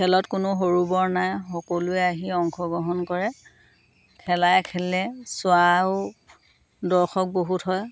খেলত কোনো সৰু বৰ নাই সকলোৱে আহি অংশগ্ৰহণ কৰে খেলাই খেলিলে চোৱাও দৰ্শক বহুত হয়